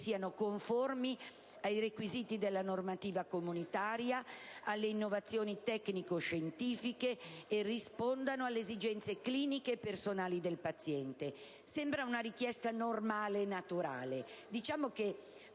siano conformi ai requisiti della normativa comunitaria e alle innovazioni tecnico-scientifiche e rispondano alle esigenze cliniche e personali del paziente. Sembra una richiesta normale e naturale.